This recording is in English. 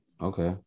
Okay